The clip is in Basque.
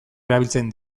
erabiltzen